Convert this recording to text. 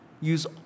use